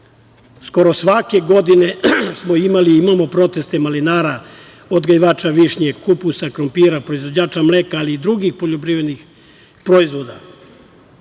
svake godine smo imali i imamo protest malinara, odgajivača višnje, kupusa, krompira, proizvođača mleka, ali i drugih poljoprivrednih proizvoda. Smatram